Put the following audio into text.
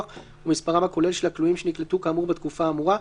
ומספרם הכולל של הכלואים שנקלטו כאמור בתקופה האמורה,